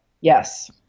Yes